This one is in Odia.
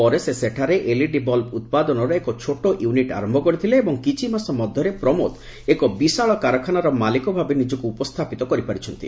ପରେ ସେ ସେଠାରେ ଏଲଇଡି ବଲ୍ବ ଉତ୍ପାଦନର ଏକ ଛୋଟ ୟୁନିଟ୍ ଆରମ୍ଭ କରିଥିଲେ ଏବଂ କିଛିମାସ ମଧ୍ୟରେ ପ୍ରମୋଦ ଏକ ବିଶାଳ କାରଖାନାର ମାଲିକ ଭାବେ ନିଜକୁ ଉପସ୍ଥାପିତ କରିପାରିଛନ୍ତି